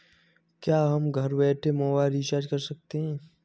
क्या हम घर बैठे मोबाइल रिचार्ज कर सकते हैं?